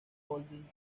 holding